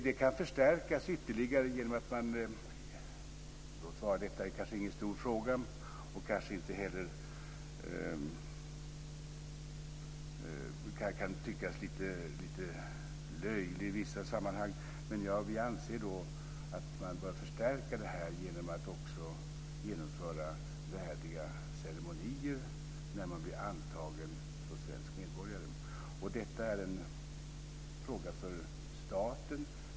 Det kan förstärkas ytterligare genom att man - låt vara att det inte är någon stor fråga och kanske kan tyckas lite löjlig i vissa sammanhang - genomför värdiga ceremonier när någon blir antagen som svensk medborgare. Detta är en fråga för staten.